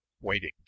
waiting